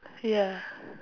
ya